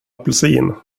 apelsin